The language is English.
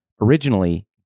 Originally